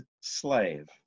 slave